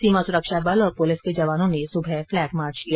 सीमा सुरक्षा बल और पुलिस के जवानों ने सुबह फ्लेगमार्च किया